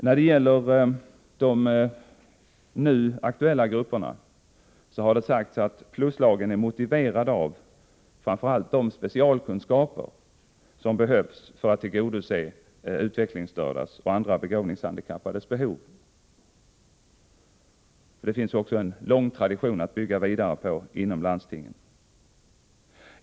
När det gäller de nu aktuella grupperna har det sagts att pluslagen är motiverad av framför allt de specialkunskaper som behövs för att tillgodose utvecklingsstördas och andra begåvningshandikappades behov. Där finns en lång tradition att bygga vidare på inom landstingen.